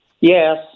Yes